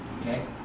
Okay